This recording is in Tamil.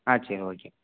ஆ சரி ஓகே